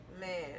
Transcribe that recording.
man